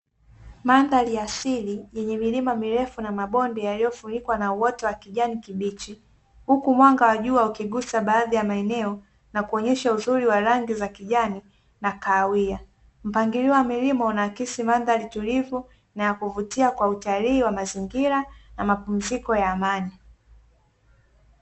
Mandhari ya asili yenye milima mirefu na mabonde yaliyofurikwa na uoto wa kijani kibichi. Huku mwanga wa jua ukigusa baadhi ya maeneo na kuonyesha uzuri wa rangi za kijani na kahawia. Mpangilio wa milima unaakisi mandhari tulivu na ya kuvutia kwa utalii wa mazingira na mapumziko ya amani.